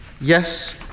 yes